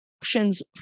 options